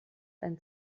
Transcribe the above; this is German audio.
ein